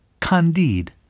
Candide